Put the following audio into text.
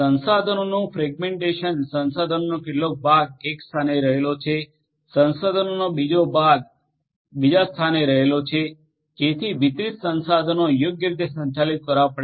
સંશાધનોનું fragmentation સંશાધનોનો કેટલાક ભાગ એક સ્થાને રહેલો છે સંસાધનનો બીજો ભાગ બીજા સ્થાને રહેલો છે જેથી વિતરિત સંસાધનો યોગ્ય રીતે સંચાલિત કરવા પડે છે